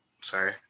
Sorry